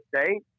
State